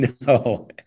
No